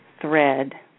thread